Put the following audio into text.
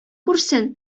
күрсен